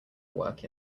work